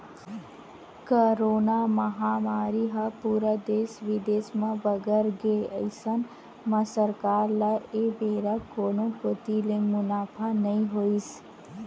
corona महामारी ह पूरा देस बिदेस म बगर गे अइसन म सरकार ल ए बेरा कोनो कोती ले मुनाफा नइ होइस